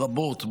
היבטים,